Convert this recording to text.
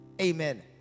Amen